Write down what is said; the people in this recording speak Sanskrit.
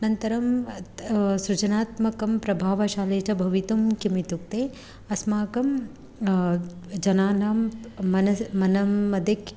अनन्तरं सृजनात्मकं प्रभावशाली च भवितुं किम् इत्युक्ते अस्माकं जनानां मनसि मनं मध्ये कि